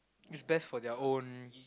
it's best for their own